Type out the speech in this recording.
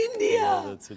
India